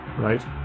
Right